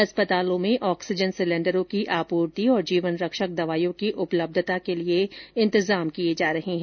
अस्पतालों में ऑक्सीजन सिलेंडरों की आपूर्ति और जीवन रक्षक दवाइयों की उपलब्धता के लिए इंतजाम किए जा रहे हैं